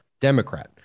Democrat